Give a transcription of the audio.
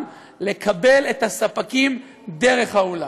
לקבל את הספקים דרך האולם.